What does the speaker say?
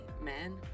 man